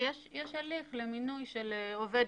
יש הליך למינוי של עובד.